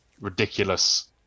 ridiculous